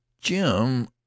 Jim